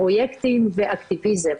פרוייקטים ואקטיביזם.